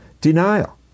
denial